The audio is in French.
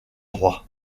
droit